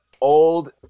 Old